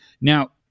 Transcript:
Now